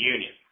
Union